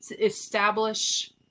Establish